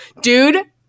Dude